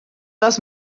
was